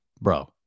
bro